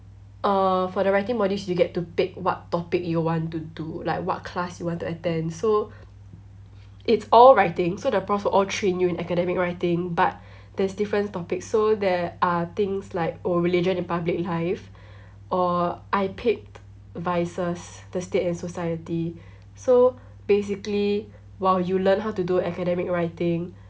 um for the writing modules you get to pick what topic you want to do like what class you want to attend so it's all writing so the profs will all train you in academic writing but there's different topics so there are things like oh religion in public life or I picked vices the state and society so basically while you learn how to do academic writing